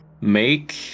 make